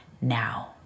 now